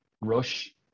rush